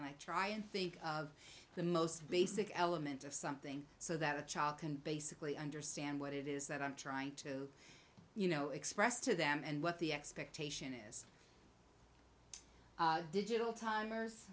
and i try and think of the most basic elements of something so that a child can basically understand what it is that i'm trying to you know express to them and what the expectation is digital timers